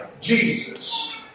Jesus